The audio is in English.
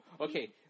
okay